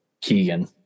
Keegan